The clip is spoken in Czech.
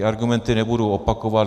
Argumenty nebudu opakovat.